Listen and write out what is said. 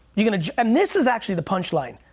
you know and this is actually the punchline.